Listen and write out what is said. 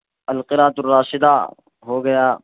القراة الراشدة ہو گیا